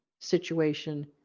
situation